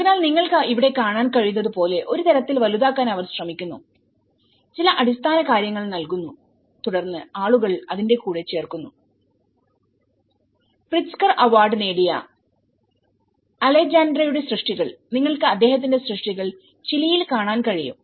അതിനാൽ നിങ്ങൾക്ക് ഇവിടെ കാണാൻ കഴിയുന്നത് പോലെ ഒരു തരത്തിൽ വലുതാക്കാൻ അവർ ശ്രമിക്കുന്നു ചില അടിസ്ഥാന കാര്യങ്ങൾ നൽകുന്നു തുടർന്ന് ആളുകൾ അതിന്റെ കൂടെ ചേർക്കുന്നു പ്രിറ്റ്സ്കർ അവാർഡ് നേടിയ അലജാൻഡ്രോയുടെ Alejandroസൃഷ്ടികൾ നിങ്ങൾക്ക് അദ്ദേഹത്തിന്റെ സൃഷ്ടികൾ ചിലി യിൽ കാണാൻ കഴിയും